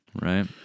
Right